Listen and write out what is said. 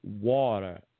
Water